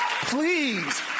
please